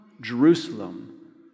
Jerusalem